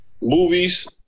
Movies